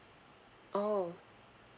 oh